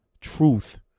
Truth